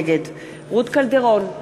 נגד רות קלדרון,